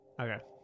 Okay